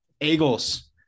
Eagles